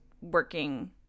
working